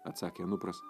atsakė anupras